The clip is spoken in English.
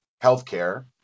healthcare